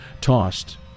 Tossed